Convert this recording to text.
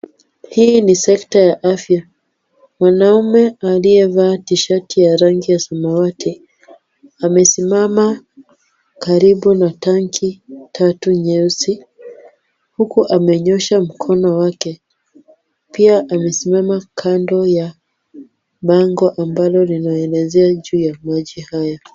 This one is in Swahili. Hii ni sekta ya afya, mwanaume aliyevaa tishati ya rangi ya samawati amesimama karibu na tanki tatu nyeusi, uku amenyoosha mkono wake. Pia amesimama kando ya bango ambalo linaelezea juu ya maji haya.